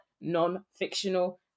non-fictional